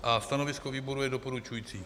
A stanovisko výboru je doporučující.